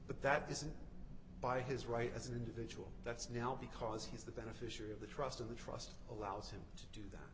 that isn't by his right as an individual that's now because he's the beneficiary of the trust in the trust allows him to